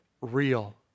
real